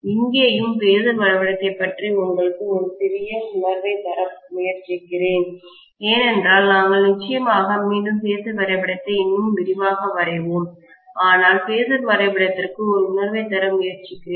இங்கேயும் ஃபேசர் வரைபடத்தைப் பற்றி உங்களுக்கு ஒரு சிறிய உணர்வைத் தர முயற்சிக்கிறேன் ஏனென்றால் நாங்கள் நிச்சயமாக மீண்டும் பேஸர் வரைபடத்தை இன்னும் விரிவாக வரைவோம் ஆனால் பேஸர் வரைபடத்திற்கு ஒரு உணர்வைத் தர முயற்சிக்கிறேன்